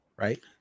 Right